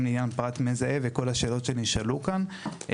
לגבי פרט מזהה וכל השאלות שנשאלו כאן.